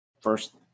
First